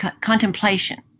contemplation